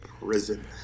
prison